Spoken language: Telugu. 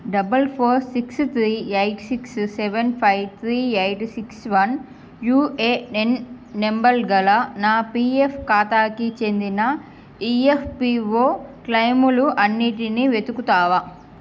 double four six three eight six seven five three eight six one UAN number గల నా పిఎఫ్ ఖాతాకి చెందిన ఇఎఫ్పిఓ క్లైములు అన్నిటినీ వెతుకుతావా